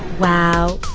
wow,